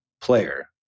player